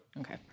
Okay